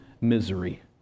misery